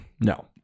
No